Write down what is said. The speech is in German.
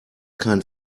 kein